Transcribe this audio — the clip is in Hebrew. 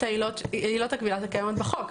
אבל מבלי לשנות את עילות הכבילה שקיימות בחוק.